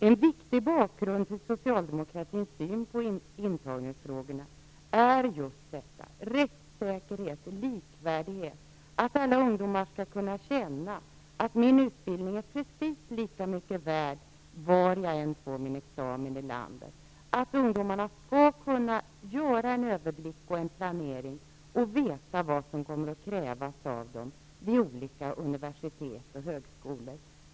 En viktig bakgrund till Socialdemokraternas syn på intagningsfrågorna är just detta: rättssäkerhet, likvärdighet, att alla ungdomar skall kunna känna att deras utbildning är precis lika mycket värd var än i landet de får sin examen. Ungdomarna skall kunna ha en överblick, göra en planering och veta vad som kommer att krävas av dem vid olika universitet och högskolor.